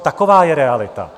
Taková je realita.